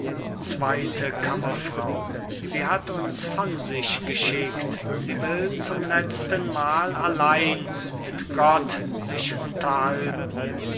zweite kammerfrau sie hat uns von sich geschickt sie will zum letztenmal allein mit gott sich unterhalten